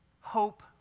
hope